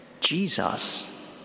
Jesus